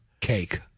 cake